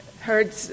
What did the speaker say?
heard